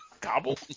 Cobble